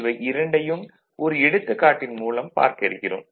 இவை இரண்டையும் ஒரு எடுத்துக்காட்டின் மூலம் பார்க்க இருக்கிறோம்